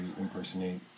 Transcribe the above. impersonate